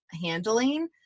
handling